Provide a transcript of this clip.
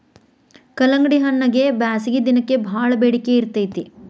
ಕಲ್ಲಂಗಡಿಹಣ್ಣಗೆ ಬ್ಯಾಸಗಿ ದಿನಕ್ಕೆ ಬಾಳ ಬೆಡಿಕೆ ಇರ್ತೈತಿ